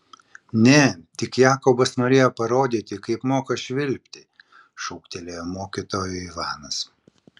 ne tik jakobas norėjo parodyti kaip moka švilpti šūktelėjo mokytojui ivanas